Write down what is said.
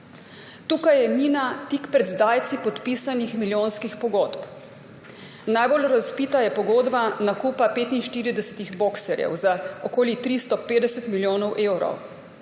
Tukaj je mina tik pred zdajci podpisanih milijonskih pogodb. Najbolj razvpita je pogodba nakupa 45 boxerjev za okoli 350 milijonov evrov,